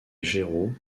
géraud